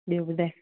ॿियो ॿुधाय